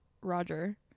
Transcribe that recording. Roger